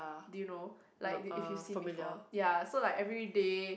do you know like if if you seen before ya so like everyday